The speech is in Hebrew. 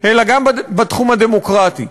אלא גם בתחום הדמוקרטי.